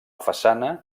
façana